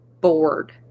bored